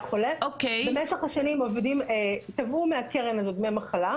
במשך השנים עובדים תבעו מהקרן הזו דמי מחלה,